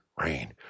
rain